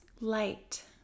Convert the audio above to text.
light